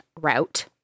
route